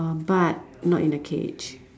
uh but not in a cage